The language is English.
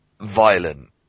violent